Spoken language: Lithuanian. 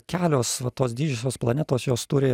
kelios va tos didžiosios planetos jos turi